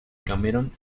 cameron